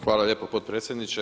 Hvala lijepo potpredsjedniče.